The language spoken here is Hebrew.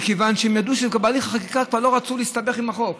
מכיוון שהן ידעו שזה בהליך החקיקה הן כבר לא רצו להסתבך עם החוק,